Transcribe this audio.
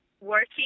working